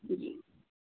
जी